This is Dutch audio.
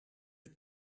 het